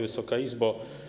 Wysoka Izbo!